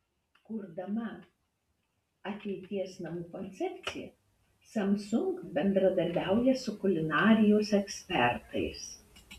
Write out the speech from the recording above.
kurdama ateities namų koncepciją samsung bendradarbiauja su kulinarijos ekspertais